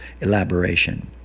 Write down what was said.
elaboration